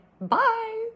Bye